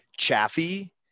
chaffee